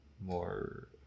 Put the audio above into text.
more